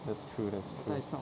that's true that's true